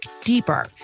deeper